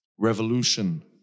revolution